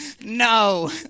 no